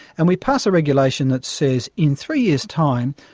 and we pass a regulation that says, in three years time,